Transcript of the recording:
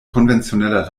konventioneller